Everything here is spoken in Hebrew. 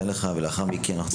לדבר.